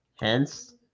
Hence